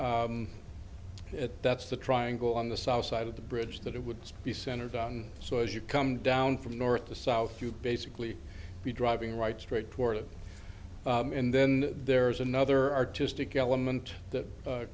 that's the triangle on the south side of the bridge that it would be centered on so as you come down from north to south you basically be driving right straight toward it and then there's another artistic element that